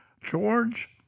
George